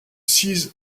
six